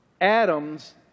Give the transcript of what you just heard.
atoms